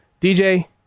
DJ